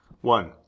one